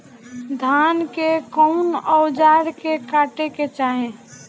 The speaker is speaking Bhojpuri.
धान के कउन औजार से काटे के चाही?